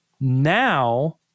Now